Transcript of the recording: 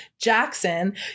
Jackson